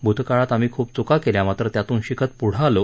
भूतकाळात आम्ही खूप चुका केल्या मात्र त्यातून शिकत पुढे आलो